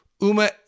Uma